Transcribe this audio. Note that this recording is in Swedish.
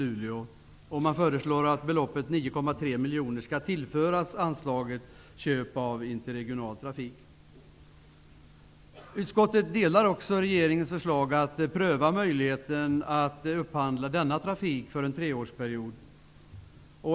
Utskottet tillstyrker också regeringens förslag att pröva möjligheten att upphandla denna trafik för en treårsperiod.